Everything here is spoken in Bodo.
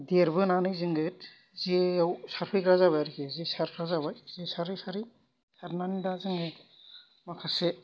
देरबोनानै जोङो जेयाव सारफैग्रा जाबाय आरोखि जे सारग्रा जाबाय बे सारै सारै सारनानै दा जोङो माखासे